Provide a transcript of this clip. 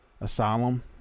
Asylum